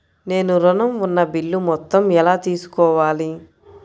నేను ఋణం ఉన్న బిల్లు మొత్తం ఎలా తెలుసుకోవాలి?